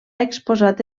exposat